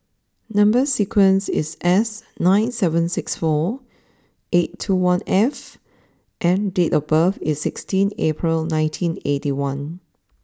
number sequence is S nine seven six four eight two one F and date of birth is sixteen April nineteen eighty one